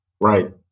right